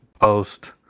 post-